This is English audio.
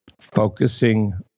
focusing